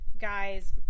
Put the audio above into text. guys